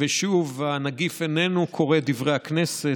ושוב, הנגיף איננו קורא את דברי הכנסת.